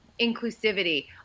inclusivity